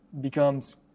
becomes